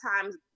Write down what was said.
times